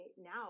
now